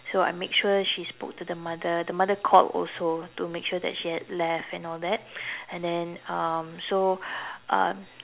so I make sure she spoke to the mother the mother called also to make sure that she had left and all that and then um so um